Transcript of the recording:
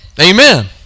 Amen